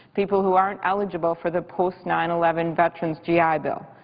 people who aren't eligible for the post nine eleven veterans g i. bill.